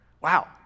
Wow